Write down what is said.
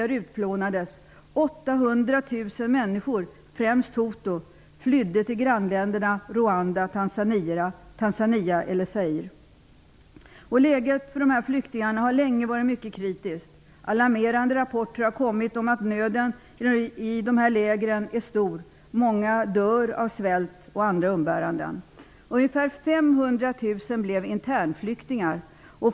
Rwanda, Tanzania eller Zaire. Läget för dessa flyktingar har länge varit mycket kritiskt. Alarmerande rapporter har kommit om att nöden i dessa läger är stor. Många dör av svält och andra umbäranden. Ungefär 500 000 blev internflyktingar.